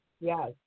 Yes